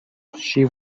she